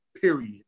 period